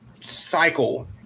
cycle